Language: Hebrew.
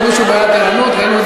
שהדיונים בשני הנושאים המהותיים,